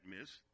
miss